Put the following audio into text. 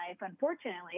unfortunately